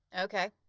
Okay